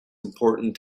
important